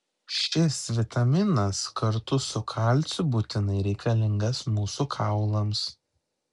šis vitaminas kartu su kalciu būtinai reikalingas mūsų kaulams